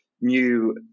new